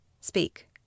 Speak